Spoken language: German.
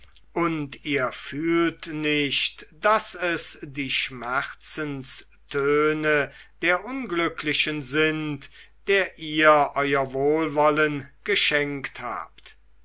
und ihr fühlt nicht daß es die schmerzenstöne der unglücklichen sind der ihr euer wohlwollen geschenkt habt